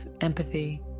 empathy